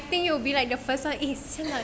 think you'll be like the first [one] eh !siala!